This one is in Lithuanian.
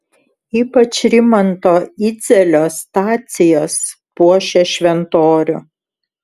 ypač rimanto idzelio stacijos puošia šventorių